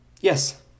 Yes